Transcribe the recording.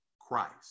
Christ